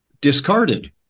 discarded